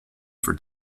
for